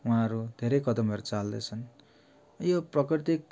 उहाँहरू धेरै कदमहरू चाल्दैछन् यो प्राकृतिक